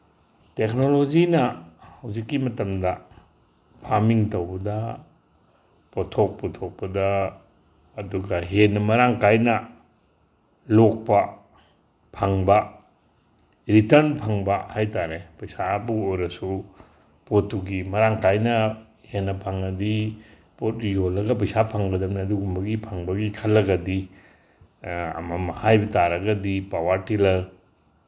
ꯇꯦꯛꯀꯅꯣꯂꯣꯖꯤꯅ ꯍꯧꯖꯤꯛꯀꯤ ꯃꯇꯝꯗ ꯐꯥꯔꯃꯤꯡ ꯇꯧꯕꯗ ꯄꯣꯊꯣꯛ ꯄꯨꯊꯣꯛꯄꯗ ꯑꯗꯨꯒ ꯍꯦꯟꯅ ꯃꯔꯥꯡ ꯀꯥꯏꯅ ꯂꯣꯛꯄ ꯐꯪꯕ ꯔꯤꯇꯔꯟ ꯐꯪꯕ ꯍꯥꯏ ꯇꯥꯔꯦ ꯄꯩꯁꯥꯕꯨ ꯑꯣꯏꯔꯁꯨ ꯄꯣꯠꯇꯨꯒꯤ ꯃꯔꯥꯡ ꯀꯥꯏꯅ ꯍꯦꯟꯅ ꯐꯪꯉꯗꯤ ꯄꯣꯠ ꯌꯣꯜꯂꯒ ꯄꯩꯁꯥ ꯐꯪꯒꯗꯕꯅꯤ ꯑꯗꯨꯒꯨꯝꯕꯒꯤ ꯐꯪꯕꯒꯤ ꯈꯜꯂꯒꯗꯤ ꯑꯃꯃꯝ ꯍꯥꯏꯕ ꯇꯥꯔꯒꯗꯤ ꯄꯋꯥꯔ ꯇꯤꯂꯔ